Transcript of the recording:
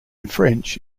french